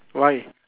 why